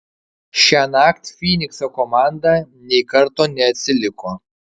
šiąnakt fynikso komanda nei karto neatsiliko